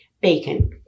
bacon